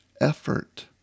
effort